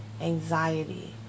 anxiety